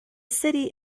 city